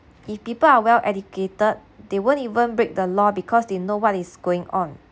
if people are well educated they won't even break the law because they know what is going on